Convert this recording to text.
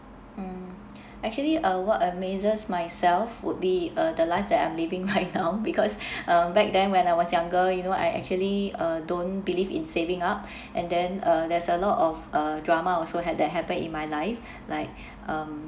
mm actually uh what amazes myself would be uh the life that I'm living right now because um back then when I was younger you know I actually uh don't believe in saving up and then uh there's a lot of uh drama also had that happen in my life like um